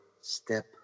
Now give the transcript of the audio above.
step